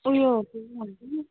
उयो के पो भन्छ